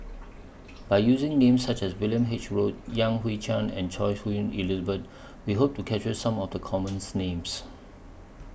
By using Names such as William H Read Yan Hui Chang and Choy Su Moi Elizabeth We Hope to capture Some of The Common Names